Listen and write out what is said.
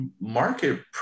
market